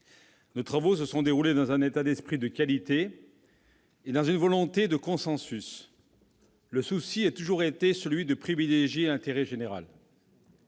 Nos échanges se sont déroulés dans un état d'esprit de qualité et dans une volonté de consensus : nous avons toujours eu le souci de privilégier l'intérêt général.